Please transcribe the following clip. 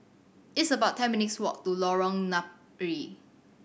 it's about ten minutes' walk to Lorong Napiri